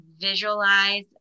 visualize